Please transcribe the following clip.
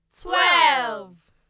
twelve